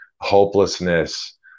hopelessness